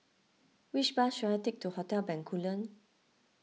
which bus should I take to Hotel Bencoolen